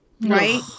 right